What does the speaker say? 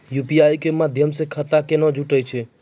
UPI के माध्यम से खाता केना जुटैय छै?